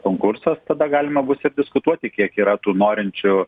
konkursas tada galima bus ir diskutuoti kiek yra tų norinčių